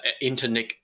Internet